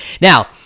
Now